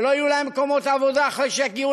שלא יהיו להם מקומות עבודה אחרי שיגיעו